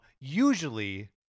Usually